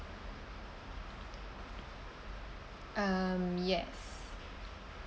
um yes